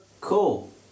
Cool